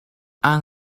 aan